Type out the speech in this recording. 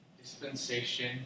dispensation